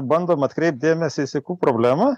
bandom atkreipt dėmesį į sykų problemą